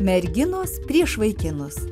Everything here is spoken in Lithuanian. merginos prieš vaikinus